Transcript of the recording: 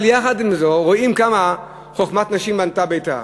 אבל עם זאת, רואים כמה "חכמת נשים בנתה ביתה".